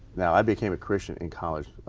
now i became a christian in college.